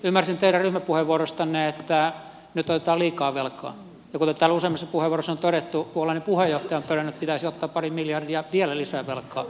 ymmärsin teidän ryhmäpuheenvuorostanne että nyt otetaan liikaa velkaa ja kuten täällä useammassa puheenvuorossa on todettu puolueenne puheenjohtaja on todennut että pitäisi olla pari miljardia vielä lisää velkaa